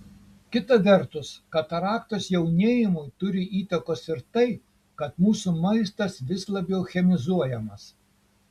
kita vertus kataraktos jaunėjimui turi įtakos ir tai kad mūsų maistas vis labiau chemizuojamas